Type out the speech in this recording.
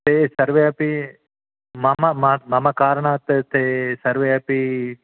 ते सर्वे अपि मम मा मम कारणात् ते सर्वे अपि